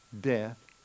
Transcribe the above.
death